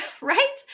Right